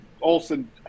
Olson